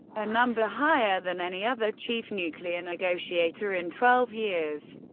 a number higher than any other chief nuclear negotiator in twelve years.